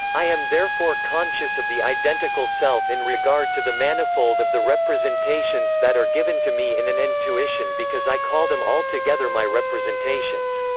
i am therefore conscious of the identical self in regard to the manifold of the representations that are given to me in an intuition because i call them all together my representations.